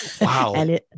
Wow